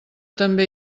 també